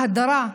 ההדרה,